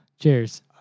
Cheers